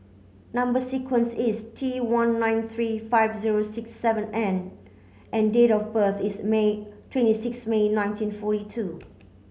number sequence is T one nine three five zero six seven N and date of birth is May twenty six May nineteen forty two